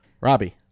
Robbie